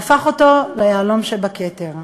והפך אותו ליהלום שבכתר.